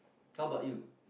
how about you